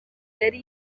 yari